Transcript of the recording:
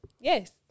Yes